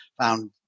found